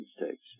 mistakes